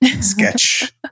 sketch